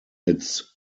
its